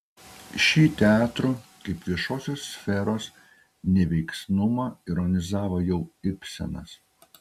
šį teatro kaip viešosios sferos neveiksnumą ironizavo jau ibsenas